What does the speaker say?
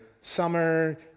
summer